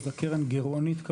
אז הקרן גירעונית,